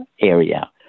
area